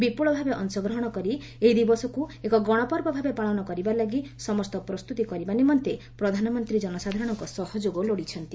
ବିପୁଳ ଭାବେ ଅଂଶଗ୍ରହଣ କରି ଏହି ଦିବସକୁ ଏକ ଗଣପର୍ବ ଭାବେ ପାଳନ କରିବାଲାଗି ସମସ୍ତ ପ୍ରସ୍ତୁତି କରିବା ନିମନ୍ତେ ପ୍ରଧାନମନ୍ତ୍ରୀ ଜନସାଧାରଣଙ୍କ ସହଯୋଗ ଲୋଡ଼ିଛନ୍ତି